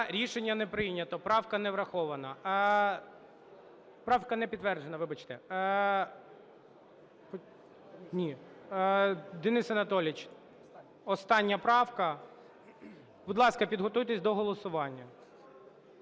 Рішення не прийнято. Правка не врахована. Правка не підтверджена, вибачте. Ні. Денис Анатолійович, остання правка. Будь ласка, підготуйтесь до голосування.